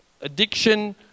addiction